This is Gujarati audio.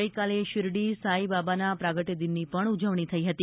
ગઈકાલે શીરડી સાંઈ બાબાના પ્રાગટ્ય દિનની પણ ઉજવણી થઈ હતી